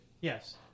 Yes